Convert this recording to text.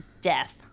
death